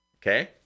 Okay